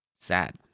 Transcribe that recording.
Sad